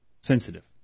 sensitive